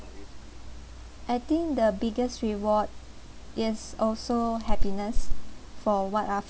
I think the biggest reward yes also happiness for what I've